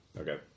Okay